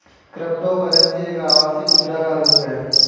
cryptocurrency एक आभासी मुद्रा का रुप है